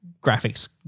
graphics